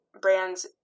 brands